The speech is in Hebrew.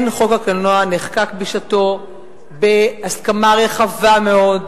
ואכן, חוק הקולנוע נחקק בשעתו בהסכמה רחבה מאוד,